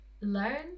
learn